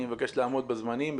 אני מבקש לעמוד בזמנים,